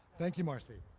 thank you, marcy.